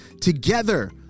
together